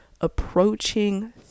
approaching